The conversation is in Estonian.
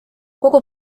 kogu